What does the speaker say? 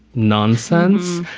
nonsense.